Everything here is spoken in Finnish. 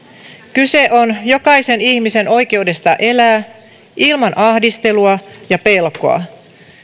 kyse on jokaisen ihmisen oikeudesta elää ilman ahdistelua ja pelkoa